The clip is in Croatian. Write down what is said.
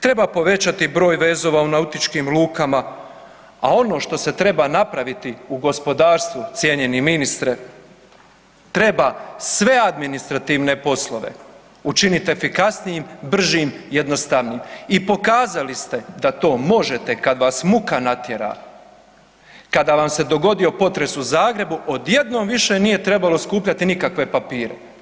Treba povećati broj vezova u nautičkim lukama, a ono što se treba napraviti u gospodarsku, cijenjeni ministre, treba sve administrativne poslove učiniti efikasnijim, bržim i jednostavnijim i pokazali ste da to možete kad vas muka natjera, kada vam se dogodio potres u Zagrebu, odjednom više nije trebalo skupljati nikakve papire.